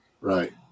Right